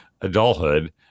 adulthood